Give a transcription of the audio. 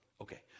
Okay